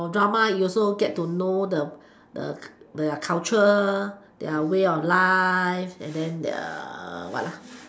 drama you also get know the the their culture their way of life and then their what